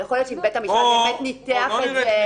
אבל יכול להיות שבית המשפט באמת ניתח את זה.